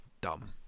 Dumb